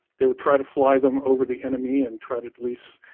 they would try to fly them over the enemy and try to release